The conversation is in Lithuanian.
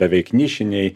beveik nišiniai